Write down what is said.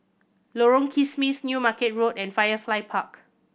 Lorong Kismis New Market Road and Firefly Park